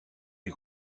les